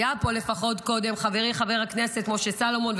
היה פה לפחות קודם חברי חבר הכנסת משה סלומון,